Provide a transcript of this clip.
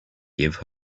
give